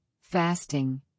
fasting